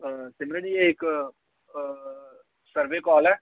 हा सिमरन जी एह इक सर्वे काल ऐ